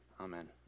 amen